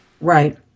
Right